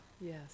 yes